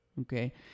Okay